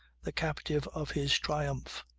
the captive of his triumph.